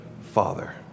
Father